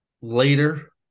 later